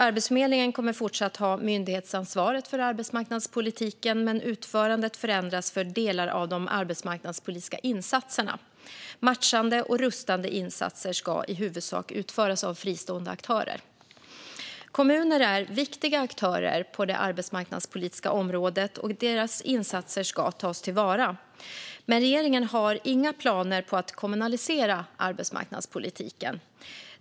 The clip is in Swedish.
Arbetsförmedlingen kommer fortsatt att ha myndighetsansvaret för arbetsmarknadspolitiken, men utförandet förändras för delar av de arbetsmarknadspolitiska insatserna. Matchande och rustande insatser ska i huvudsak utföras av fristående aktörer. Kommuner är viktiga aktörer på det arbetsmarknadspolitiska området, och deras insatser ska tas till vara. Men regeringen har inga planer på att kommunalisera arbetsmarknadspolitiken.